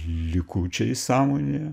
likučiai sąmonėje